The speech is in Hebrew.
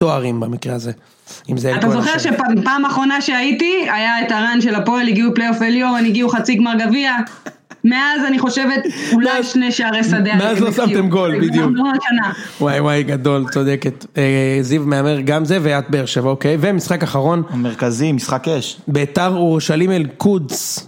תוארים במקרה הזה, אם זה היה כל השנה. אתה זוכר שפעם האחרונה שהייתי, היה את ה-run של הפועל, הגיעו פלייאוף וליאור, הם הגיעו חצי גמר גביע. מאז אני חושבת, אולי שני שערי שדה הם הבקיעו. מאז לא שמתם גולים. בדיוק. וגם לא השנה. וואי וואי, גדול, צודקת. אה... זיו מהמר גם זה, ואת באר שבע, אוקיי. ומשחק אחרון... המרכזי, משחק אש. בית"ר אורשלים אל קודס.